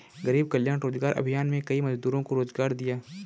गरीब कल्याण रोजगार अभियान में कई मजदूरों को रोजगार दिया